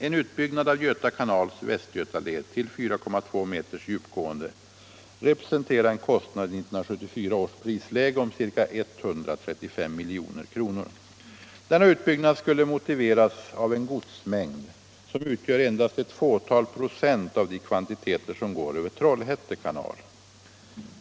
En utbyggnad av Göta kanals Västgötaled till 4,2 meters djupgående representerar en kostnad i 1974 års prisläge om ca 135 milj.kr. Denna utbyggnad skulle motiveras av en godsmängd, som utgör endast ett fåtal procent av de kvantiteter som går över Trollhätte kanal.